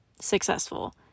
successful